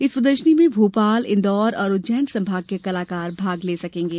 इस प्रदर्शनी में भोपाल इंदौर और उज्जैन संभाग के कलाकार भाग ले सकेंगे